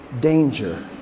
danger